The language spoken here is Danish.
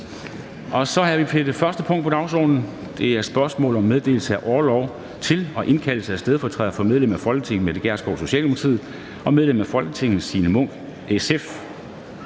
--- Det første punkt på dagsordenen er: 1) Spørgsmål om meddelelse af orlov til og indkaldelse af stedfortrædere for medlem af Folketinget Mette Gjerskov (S) og medlem af Folketinget Signe Munk (SF).